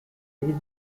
les